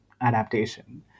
adaptation